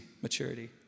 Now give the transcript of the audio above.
Maturity